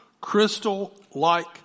crystal-like